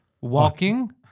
Walking